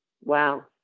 wow